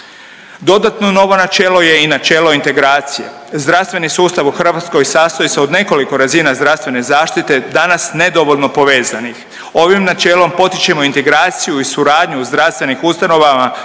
Dodatno novo načelo je i načelo integracije. Zdravstveni sustav u Hrvatskoj sastoji se od nekoliko razina zdravstvene zaštite danas nedovoljno povezanih. Ovih načelom potičemo integraciju i suradnju zdravstvenih ustanova